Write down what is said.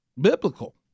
biblical